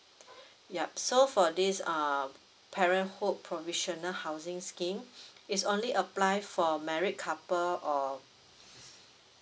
yup so for this uh parenthood provisional housing scheme is only apply for married couple or